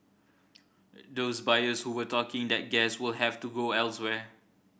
those buyers who were taking that gas will have to go elsewhere